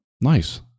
Nice